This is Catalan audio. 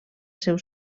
seu